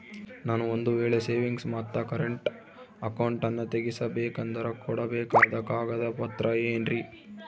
ನಾನು ಒಂದು ವೇಳೆ ಸೇವಿಂಗ್ಸ್ ಮತ್ತ ಕರೆಂಟ್ ಅಕೌಂಟನ್ನ ತೆಗಿಸಬೇಕಂದರ ಕೊಡಬೇಕಾದ ಕಾಗದ ಪತ್ರ ಏನ್ರಿ?